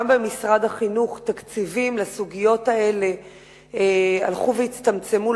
גם במשרד החינוך תקציבים לסוגיות האלה הלכו והצטמצמו,